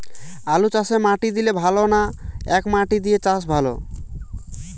আলুচাষে মাটি দিলে ভালো না একমাটি দিয়ে চাষ ভালো?